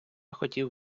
хотів